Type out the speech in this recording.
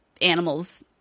animals